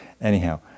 Anyhow